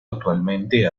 actualmente